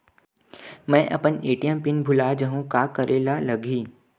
मैं अपन ATM PIN भुला जहु का करे ला लगही?